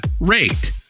Rate